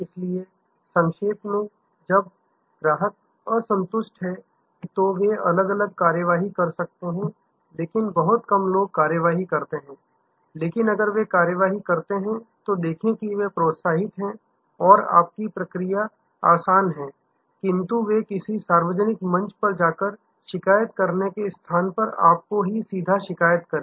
इसलिए संक्षेप में जब ग्राहक असंतुष्ट हैं तो वे अलग अलग कार्रवाई कर सकते हैं लेकिन बहुत कम लोग कार्रवाई करते हैं लेकिन अगर वे कार्रवाई करते हैं तो देखें कि वे प्रोत्साहित हैं और आपकी प्रक्रिया आसान है किंतु वे किसी सार्वजनिक मंच पर जाकर शिकायत करने के स्थान पर आपको ही सीधा शिकायत करें